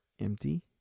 empty